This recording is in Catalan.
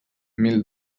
mil